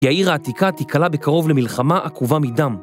העיר העתיקה תיקלע בקרוב למלחמה עקובה מדם.